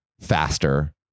faster